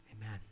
Amen